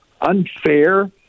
unfair